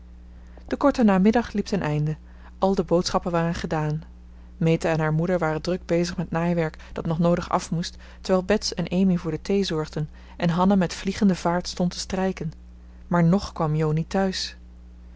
de korte namiddag liep ten einde al de boodschappen waren gedaan meta en haar moeder waren druk bezig met naaiwerk dat nog noodig af moest terwijl bets en amy voor de thee zorgden en hanna met vliegende vaart stond te strijken maar nog kwam jo niet thuis